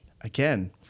again